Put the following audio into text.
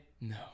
No